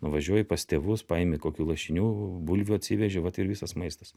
nuvažiuoji pas tėvus paimi kokių lašinių bulvių atsiveži vat ir visas maistas